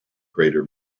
crater